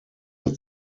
der